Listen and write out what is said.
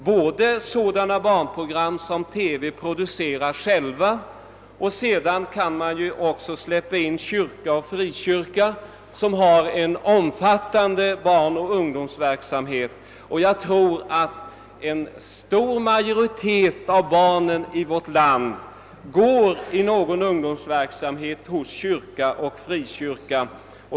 Man skulle kunna sända program som TV själv producerar, och vidare skulle man kunna släppa in kyrka och frikyrka, som har en omfattande barnoch ungdomsverksamhet. Jag tror att en stor majoritet av barnen i vårt land deltar i ungdomsverksamhet hos kyrka och frikyrka.